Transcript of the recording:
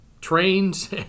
trains